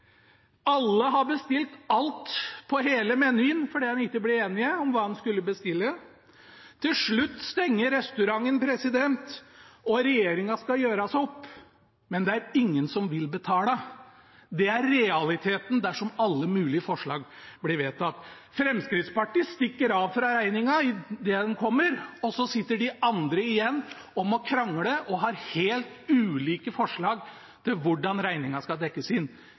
alle har bestilt alt på hele menyen fordi en ikke ble enig om hva en skulle bestille. Til slutt stenger restauranten, og regningen skal gjøres opp, men det er ingen som vil betale. Det er realiteten dersom alle mulige forslag blir vedtatt. Fremskrittspartiet stikker av fra regningen idet den kommer, og så sitter de andre igjen og må krangle og har helt ulike forslag til hvordan regningen skal dekkes inn.